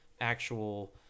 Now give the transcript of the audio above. actual